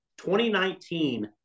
2019